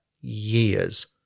years